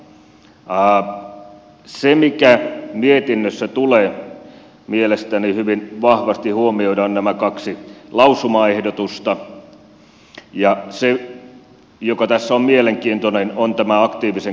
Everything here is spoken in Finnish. se mikä mietinnössä tulee mielestäni hyvin vahvasti huomioida on nämä kaksi lausumaehdotusta ja se joka tässä on mielenkiintoinen on tämä aktiivisen katumisen lausumaehdotus